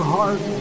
Heart